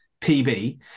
PB